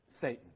Satan